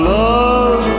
love